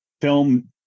film